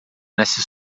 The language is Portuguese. nessa